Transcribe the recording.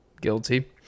Guilty